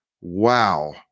Wow